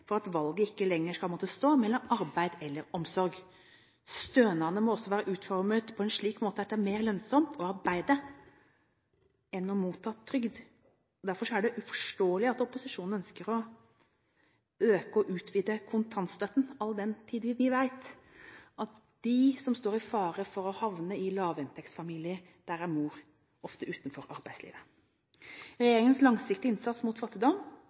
for at valget ikke lenger skal måtte stå mellom arbeid eller omsorg. Stønadene må også være utformet på en slik måte at det er mer lønnsomt å arbeide enn å motta trygd. Derfor er det uforståelig at opposisjonen ønsker å øke og utvide kontantstøtten, all den tid vi vet at blant dem som står i fare for å havne i lavinntektsfamilier, er mor ofte utenfor arbeidslivet. Regjeringens langsiktige innsats mot fattigdom